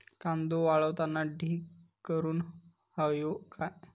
कांदो वाळवताना ढीग करून हवो काय?